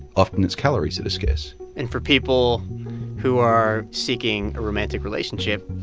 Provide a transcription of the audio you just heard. often it's calories in this case and for people who are seeking a romantic relationship,